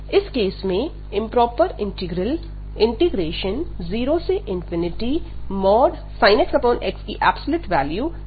इस केस में improper integral 0sin x xdx divergent है